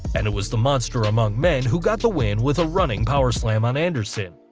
and it was the monster among men who got the win with a running power slam on anderson.